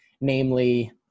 namely